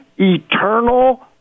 eternal